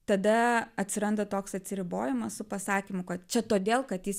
tada atsiranda toks atsiribojimas su pasakymu kad čia todėl kad jis